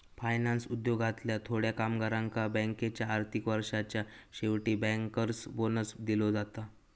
finance उद्योगातल्या थोड्या कामगारांका बँकेच्या आर्थिक वर्षाच्या शेवटी बँकर्स बोनस दिलो जाता